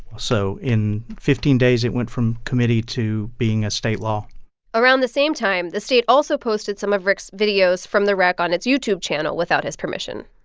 so in fifteen days, it went from committee to being a state law around the same time, the state also posted some of rick's videos from the wreck on its youtube channel without his permission.